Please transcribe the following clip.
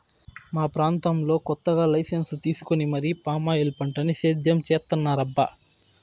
మా ప్రాంతంలో కొత్తగా లైసెన్సు తీసుకొని మరీ పామాయిల్ పంటని సేద్యం చేత్తన్నారబ్బా